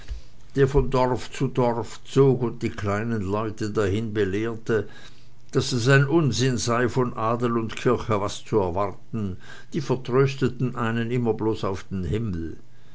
der von dorf zu dorf zog und die kleinen leute dahin belehrte daß es ein unsinn sei von adel und kirche was zu erwarten die vertrösteten immer bloß auf den himmel